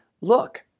look